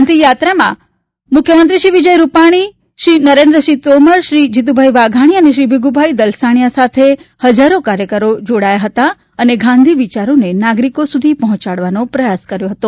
ગાંધીયાત્રામાં મુખ્યમંત્રી વિજય રૂપાણી શ્રી નરેન્દ્રસિંહ તોમર શ્રી જીતુભાઈ વાઘાણી શ્રી ભીખુભાઈ દલસાણીયા સાથે હજારો કાર્યકરો જોડાયા હતા અને ગાંધી વિયારોને નાગરિકો સુધી પહોંચાડવાનો પ્રયાસ કર્યો છે